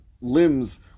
limbs